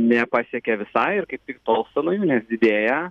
nepasiekia visai ir kaip tik tolsta nuo jų nes didėja